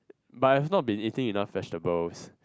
but I have not been eating enough vegetables